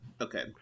okay